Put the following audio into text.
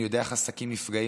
אני יודע איך עסקים נפגעים.